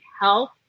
health